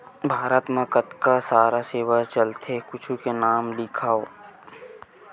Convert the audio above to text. भारत मा कतका सारा सेवाएं चलथे कुछु के नाम लिखव?